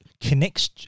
connects